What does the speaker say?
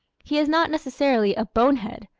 he is not necessarily a bonehead,